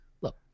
look